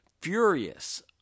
furious